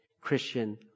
Christian